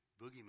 boogeyman